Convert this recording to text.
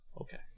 Okay